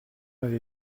avez